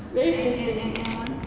very interesting